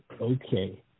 okay